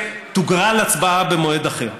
תוגרל הצבעה במועד אחר.